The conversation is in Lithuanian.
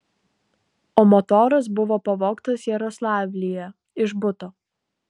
o motoras buvo pavogtas jaroslavlyje iš buto